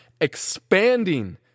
expanding